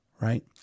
right